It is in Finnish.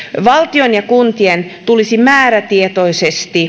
valtion ja kuntien tulisi määrätietoisesti